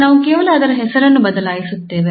ನಾವು ಕೇವಲ ಅದರ ಹೆಸರನ್ನು ಬದಲಾಯಿಸುತ್ತೇವೆ